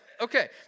Okay